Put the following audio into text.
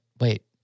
wait